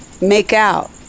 Make-out